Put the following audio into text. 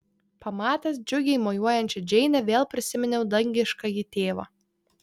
pamatęs džiugiai mojuojančią džeinę vėl prisiminiau dangiškąjį tėvą